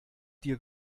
dir